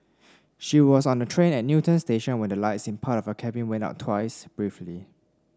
she was on a train at Newton station when the lights in part of her cabin went out twice briefly